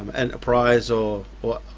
enterprise or or